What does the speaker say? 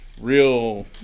real